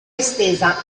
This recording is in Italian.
estesa